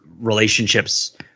relationships